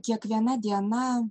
kiekviena diena